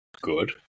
Good